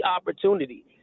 opportunity